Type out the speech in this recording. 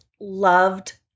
loved